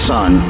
Son